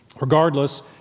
Regardless